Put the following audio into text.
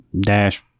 dash